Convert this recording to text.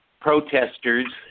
Protesters